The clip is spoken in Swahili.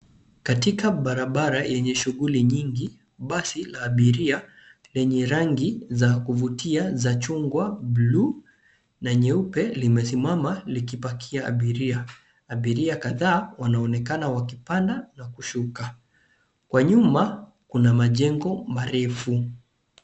Katika barabara yenye shughuli nyingi basi la abiria lenye rangi za kuvutia za chungwa, bluu na nyeupe limesimama likipakia abiria. Abiria kadhaa wanaonekana wakipanda na kushuka, kwa nyuma kuna majengo marefu.